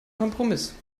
kompromiss